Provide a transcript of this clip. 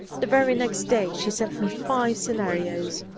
the very next day she sent me five scenarios,